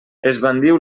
esbandiu